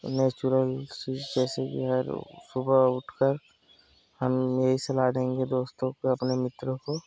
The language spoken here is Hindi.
नेचुरल चीज़ जैसे कि यार वो सुबह उठ कर हम यही सलाह देंगे दोस्तों को अपने मित्रों को